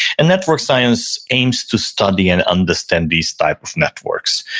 and network science aims to study and understand these type of networks.